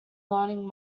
learning